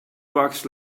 bucks